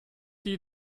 die